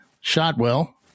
Shotwell